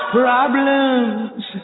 problems